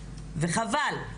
וחבל.